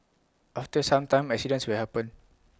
after some time accidents will happen